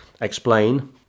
explain